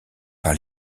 par